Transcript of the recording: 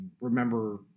remember